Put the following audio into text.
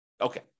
Okay